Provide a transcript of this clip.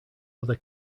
other